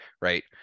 right